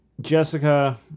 Jessica